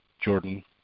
Jordan